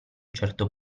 certo